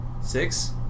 Six